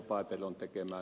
kannatan ed